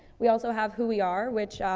we also have who we are, which,